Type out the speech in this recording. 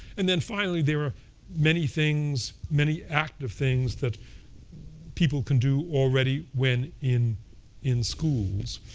and then finally, there are many things, many active things that people can do already when in in schools.